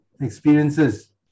experiences